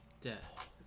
death